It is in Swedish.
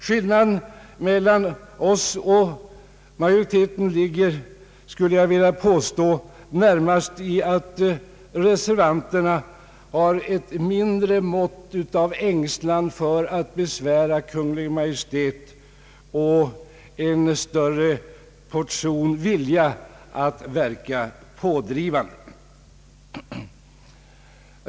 Skillnaden ligger i att reservanterna visar större vilja att verka pådrivande.